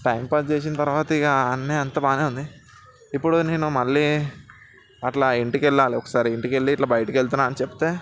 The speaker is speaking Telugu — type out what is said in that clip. టైమ్ పాస్ చేసిన తర్వాత ఇహ అంతా బాగానే ఉంది ఇప్పుడు నేను మళ్ళీ అట్లా ఇంటికి వెళ్ళాలి ఒకసారి ఇంటికి వెళ్ళి ఇట్లా బయటకి వెళ్తున్నా అని చెప్తే